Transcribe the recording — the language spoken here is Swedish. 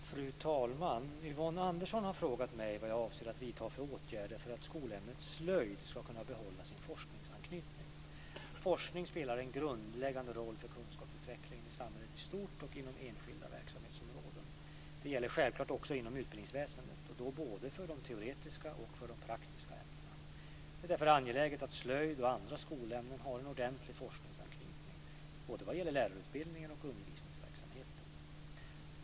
Fru talman! Yvonne Andersson har frågat mig vad jag avser att vidta för åtgärder för att skolämnet slöjd ska kunna behålla sin forskningsanknytning. Forskning spelar en grundläggande roll för kunskapsutvecklingen i samhället i stort och inom enskilda verksamhetsområden. Detta gäller självklart också inom utbildningsväsendet och då både för de teoretiska och för de praktiska ämnena. Det är därför angeläget att slöjd och andra skolämnen har en ordentlig forskningsanknytning vad gäller både lärarutbildningen och undervisningsverksamheten.